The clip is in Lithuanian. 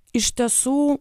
iš tiesų